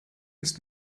ist